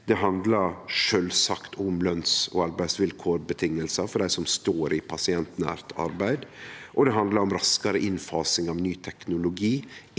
det handlar sjølvsagt om løns- og arbeidsvilkår for dei som står i pasientnært arbeid, og det handlar om raskare innfasing av ny teknologi,